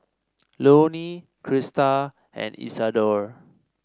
Loney Crista and Isadore